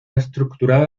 estructurada